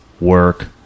work